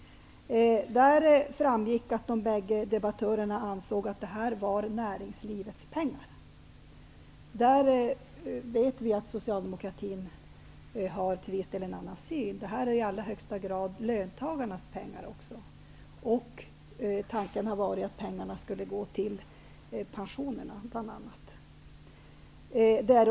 Där framgick att de bägge debattörerna ansåg att detta var näringslivets pengar. Vi vet att socialdemokratin har en annan syn. Detta är i allra högsta grad också löntagarnas pengar. Tanken har varit att pengarna skulle gå till pensioner bl.a.